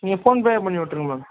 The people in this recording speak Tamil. நீங்கள் ஃபோன் பேவே பண்ணி விட்ருங்க மேம்